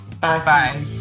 Bye